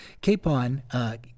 Capon